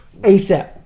ASAP